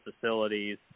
facilities